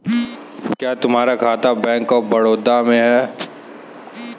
क्या तुम्हारा खाता बैंक ऑफ बड़ौदा में है?